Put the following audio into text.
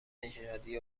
نژادی